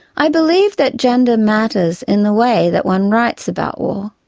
i believe that gender matters in the way that one writes about war.